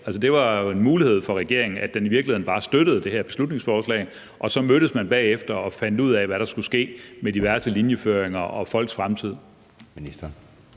det var jo en mulighed for regeringen, at den i virkeligheden støttede det her beslutningsforslag, og at man så mødtes bagefter og fandt ud af, hvad der skulle ske med diverse linjeføringer og folks fremtid.